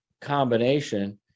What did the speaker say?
combination